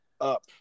up